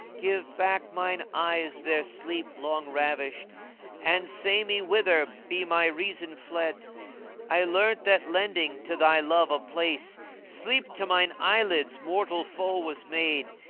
give back mine eyes their sleep long ravished and say me whither be my reason fled i learnt that lending to thy love a place sleep to mine eyelids mortal foe was made.